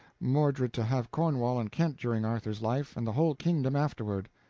mordred to have cornwall and kent during arthur's life, and the whole kingdom afterward.